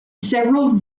several